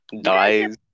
Dies